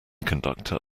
conductor